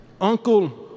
uncle